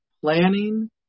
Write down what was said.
planning